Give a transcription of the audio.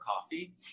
coffee